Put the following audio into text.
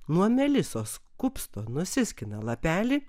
nuo melisos kupsto nusiskina lapelį